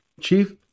Chief